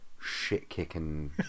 shit-kicking